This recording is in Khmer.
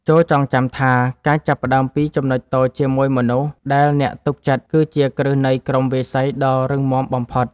ចូរចងចាំថា ការចាប់ផ្ដើមពីចំណុចតូចជាមួយមនុស្សដែលអ្នកទុកចិត្ត គឺជាគ្រឹះនៃក្រុមវាយសីដ៏រឹងមាំបំផុត។